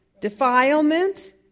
defilement